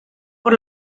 por